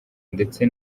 ndetse